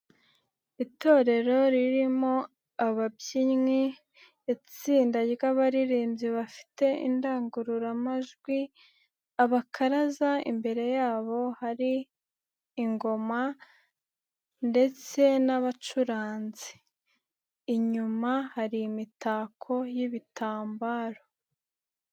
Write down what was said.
Itorero ririmo ababyinnyi, itsinda ry'abaririmbyi bafite indangururamajwi, abakaraza imbere yabo hari, ingoma, ndetse n'abacuranzi, inyuma hari imitako y'ibitambaro.